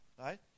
Right